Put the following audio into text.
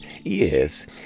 Yes